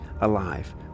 alive